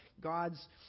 God's